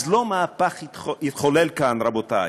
אז לא מהפך התחולל כאן, רבותי.